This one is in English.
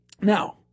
Now